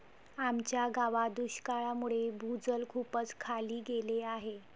आमच्या गावात दुष्काळामुळे भूजल खूपच खाली गेले आहे